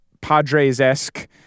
Padres-esque